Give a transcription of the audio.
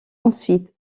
ensuite